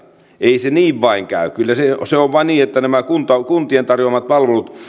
ei se niin vain käy kyllä se on vain niin että kuntien tarjoamien palveluiden